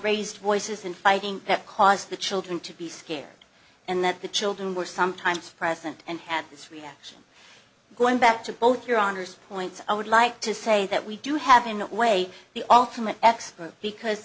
raised voices in fighting that caused the children to be scared and that the children were sometimes present and had this reaction going back to both your honor's point i would like to say that we do have in a way the ultimate expert because